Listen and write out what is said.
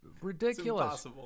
ridiculous